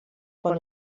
von